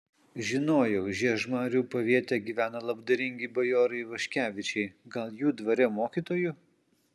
žinojau žiežmarių paviete gyvena labdaringi bajorai ivaškevičiai gal jų dvare mokytoju